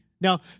Now